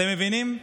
אתם מבינים?